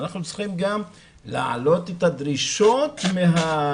אנחנו צריכים גם להעלות את הדרישות מהסייעות,